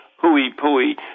hooey-pooey